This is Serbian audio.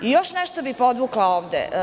Još nešto bih podvukla ovde.